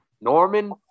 Norman